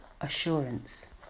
assurance